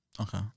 Okay